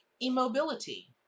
immobility